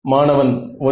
மாணவன் 1